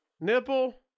Nipple